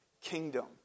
kingdom